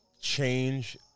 change